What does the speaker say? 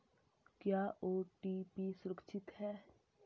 क्या ओ.टी.पी सुरक्षित है?